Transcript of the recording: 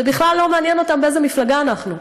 זה בכלל לא מעניין אותם באיזו מפלגה אנחנו.